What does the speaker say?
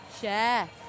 Share